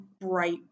bright